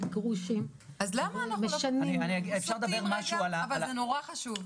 סכסוכים על גרושים --- אני רוצה להגיד על זה משהו.